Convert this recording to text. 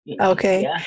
Okay